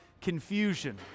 confusion